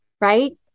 right